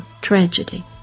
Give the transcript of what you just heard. tragedy